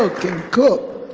can cook.